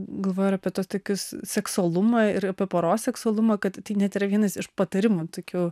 galvojau ir apie tokius seksualumą ir apie poros seksualumą kad tai net yra vienas iš patarimų tokių